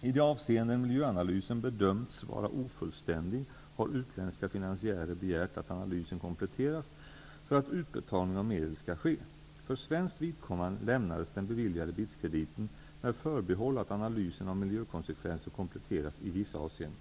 I de avseenden miljöanalysen bedömts vara ofullständig har utländska finansiärer begärt att analysen kompletteras för att utbetalning av medel skall ske. För svenskt vidkommande lämnades den beviljade BITS-krediten med förbehåll att analysen av miljökonsekvenser kompletteras i vissa avseenden.